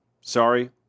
Sorry